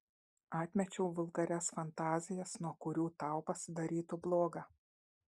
atmečiau vulgarias fantazijas nuo kurių tau pasidarytų bloga